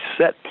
set